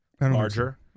larger